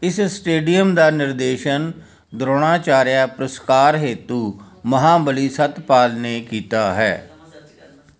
ਇਸ ਸਟੇਡੀਅਮ ਦਾ ਨਿਰਦੇਸ਼ਨ ਦਰੋਣਾਚਾਰੀਆ ਪੁਰਸਕਾਰ ਜੇਤੂ ਮਹਾਬਲੀ ਸਤਪਾਲ ਨੇ ਕੀਤਾ ਹੈ